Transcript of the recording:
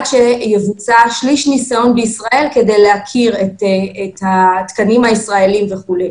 שיבוצע שליש ניסיון בישראל כדי להכיר את התקנים הישראלים וכולי.